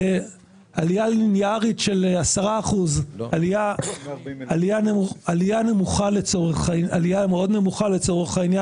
ועלייה ליניארית של 10% - עלייה מאוד נמוכה לצורך העניין.